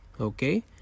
okay